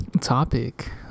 topic